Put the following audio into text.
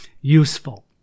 useful